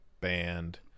band